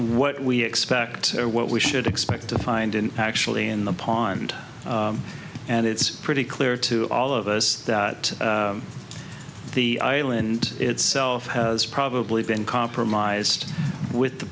what we expect or what we should expect to find in actually in the pond and it's pretty clear to all of us that the island itself has probably been compromised with the